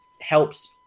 helps